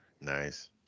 Nice